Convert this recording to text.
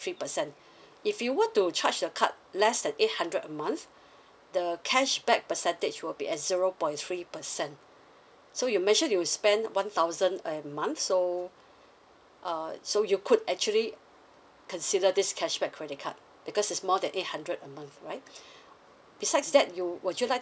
three percent if you want to charge a card less than eight hundred a month the cashback percentage will be at zero point three percent so you mentioned you spend one thousand a month so uh so you could actually consider this cashback credit card because is more than eight hundred um right besides that you would you like